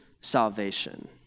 salvation